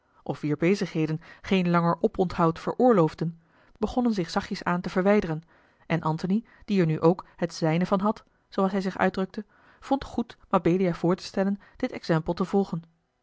of wier bezigheden geen langer oponthoud veroorloofden begonnen zich zachtjes aan te verwijderen en antony die er nu ook het zijne van had zooals hij zich uitdrukte vond goed mabelia voor te stellen dit exempel te volgen